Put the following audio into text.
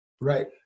Right